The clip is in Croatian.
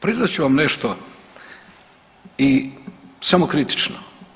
Priznat ću vam nešto i samokritično.